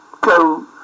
go